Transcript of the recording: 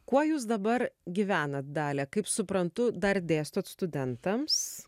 kuo jūs dabar gyvenat dalia kaip suprantu dar dėstot studentams